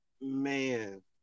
Man